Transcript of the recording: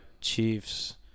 Chiefs